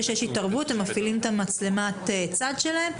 שברגע שיש התערבות, הם מפעלים את מצלמת הצד שלהם.